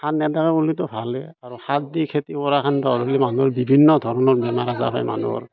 সাৰ নিদিয়া হ'লেতো ভালেই আৰু সাৰ দি খেতি কৰাখেনতো হ'লে মানুহৰ বিভিন্ন ধৰণৰ বেমাৰ আজাৰ হয় মানুহৰ